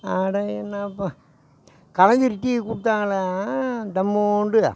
அட என்னாப்பா கலைஞர் டிவி கொடுத்தாங்களே தம்மோண்டு